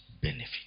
benefit